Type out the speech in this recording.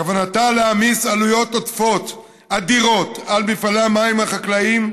כוונתה להעמיס עלויות עודפות אדירות על מפעלי המים החקלאיים,